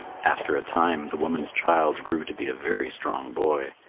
after a time the woman's child grew to be a very strong boy.